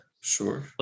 sure